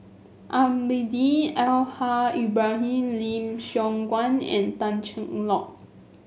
Almahdi Al Haj Ibrahim Lim Siong Guan and Tan Cheng Lock